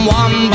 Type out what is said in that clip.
one